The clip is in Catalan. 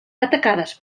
atacades